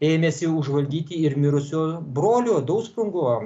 ėmėsi užvaldyti ir mirusio brolio dausprungo